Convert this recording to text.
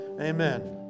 Amen